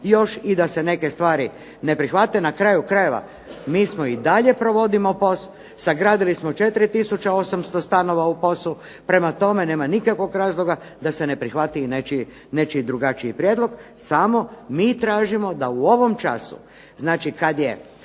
još i da se neke stvari ne prihvate. Na kraju krajeva mi smo i dalje provodimo POS, sagradili smo 4 tisuće 800 stanova u POS-u, prema tome nema nikakvog razloga da se ne prihvati i nečiji drugačiji prijedlog, samo mi tražimo da u ovom času, znači kad je,